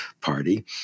party